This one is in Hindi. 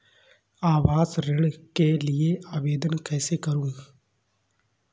आवास ऋण के लिए आवेदन कैसे करुँ?